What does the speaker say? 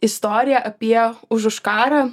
istorija apie užuškarą